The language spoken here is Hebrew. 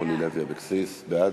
אורלי לוי אבקסיס, בעד.